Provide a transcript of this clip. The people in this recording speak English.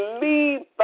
leave